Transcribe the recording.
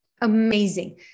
amazing